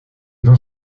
dans